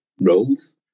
roles